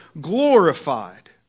glorified